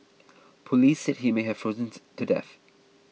police said he may have to death